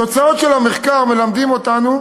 התוצאות של המחקר מלמדות אותנו